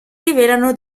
rivelano